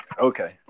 Okay